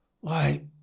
Why